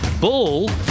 bull